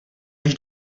než